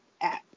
app